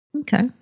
Okay